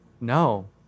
No